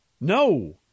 no